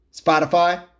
Spotify